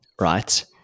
right